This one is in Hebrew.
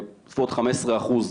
בסביבות 15 אחוז,